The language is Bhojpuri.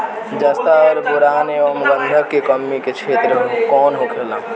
जस्ता और बोरान एंव गंधक के कमी के क्षेत्र कौन होखेला?